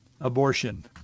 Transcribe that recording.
abortion